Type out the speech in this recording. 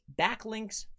backlinks